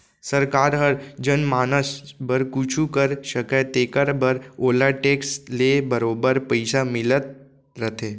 सरकार हर जनमानस बर कुछु कर सकय तेकर बर ओला टेक्स ले बरोबर पइसा मिलत रथे